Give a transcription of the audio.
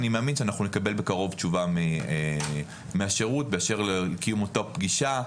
אני מאמין שאנחנו נקבל בקרוב תשובה מהשירות באשר לקיום אותה פגישה,